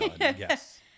yes